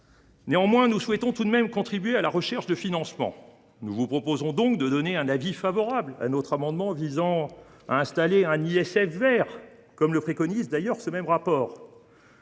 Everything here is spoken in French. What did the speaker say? part, nous souhaitons contribuer à la recherche de financements. Nous vous proposerons donc d’émettre un avis favorable sur notre amendement visant à instaurer un ISF vert, comme le préconise d’ailleurs le rapport